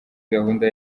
gahunda